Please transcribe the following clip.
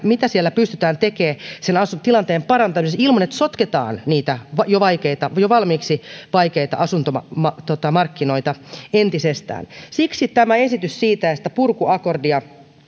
mitä siellä pystytään tekemään tilanteen parantamiseksi ilman että sotketaan niitä jo valmiiksi vaikeita asuntomarkkinoita entisestään siksi tämä esitys siitä että purkuakordia